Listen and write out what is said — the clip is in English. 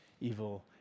evil